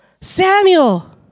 Samuel